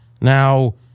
Now